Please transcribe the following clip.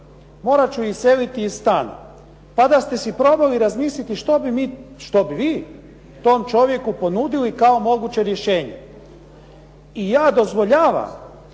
morat ću iseliti iz stana. Pa da ste si probali razmisliti što bi mi, što bi vi tom čovjeku ponudili kao moguće rješenje. I ja dozvoljavam